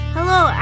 Hello